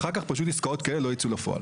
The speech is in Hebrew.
אחר כך עסקאות כאלה לא יצאו לפועל.